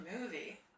movie